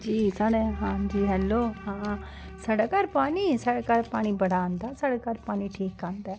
हां जी हां हैलो साढ़ै घर पानी हां साढ़ै घर पानी बड़ा आंदा ऐ